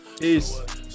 Peace